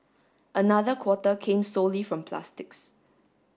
another quarter came solely from plastics